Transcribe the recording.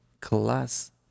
class